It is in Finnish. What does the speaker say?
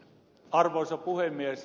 arvoisa puhemies